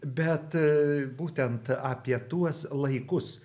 bet būtent apie tuos laikus